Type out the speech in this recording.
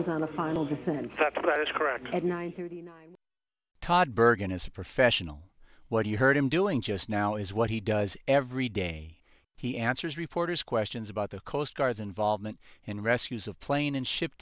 was on a final descent that that is correct at nine thirty nine todd bergen is a professional what you heard him doing just now is what he does every day he answers reporters questions about the coast guard's involvement in rescues of plane and ship